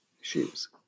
shoes